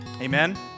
Amen